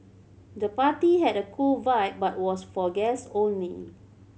the party had a cool vibe but was for guests only